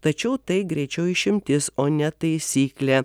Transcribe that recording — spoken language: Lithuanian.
tačiau tai greičiau išimtis o ne taisyklė